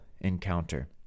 encounter